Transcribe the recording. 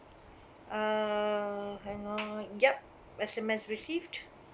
uh hang on yup S_M_S received